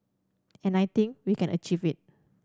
and I think we can achieve it